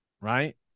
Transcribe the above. Right